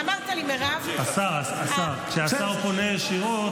זה לא מכובד.